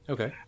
Okay